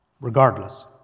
Regardless